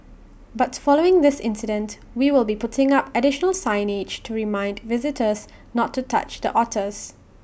but following this incident we will be putting up additional signage to remind visitors not to touch the otters